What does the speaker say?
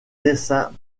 dessin